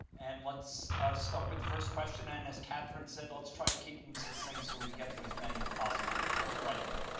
and let's start with the first question. and as kathryn said, let's try to keep them succinct so we can get through as many as possible. on the right here.